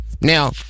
Now